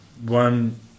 one